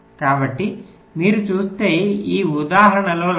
కాబట్టి మీరు చూస్తే ఈ ఉదాహరణలో లాగా